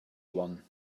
one